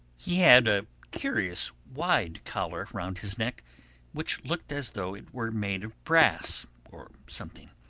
he had a curious wide collar round his neck which looked as though it were made of brass or something.